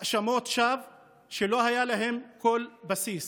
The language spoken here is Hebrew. האשמות שווא שלא היה להן כל בסיס.